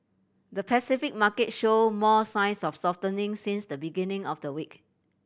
the Pacific market showed more signs of softening since the beginning of the week